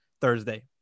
Thursday